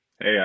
Hey